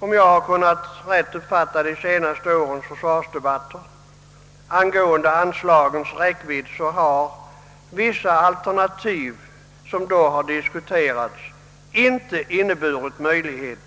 Om jag har kunnat rätt uppfatta de senaste årens försvarsdebatter angående anslagens räckvidd har vissa alternativ som då diskuterats inte inneburit möjlighet